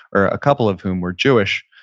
or a couple of whom, were jewish.